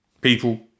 people